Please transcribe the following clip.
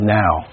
now